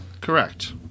correct